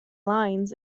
lines